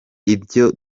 ibyo